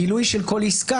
וגם גילוי של כל עסקה.